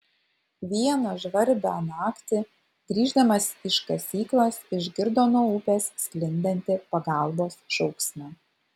vieną žvarbią naktį grįždamas iš kasyklos išgirdo nuo upės sklindantį pagalbos šauksmą